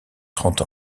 trente